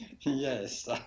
Yes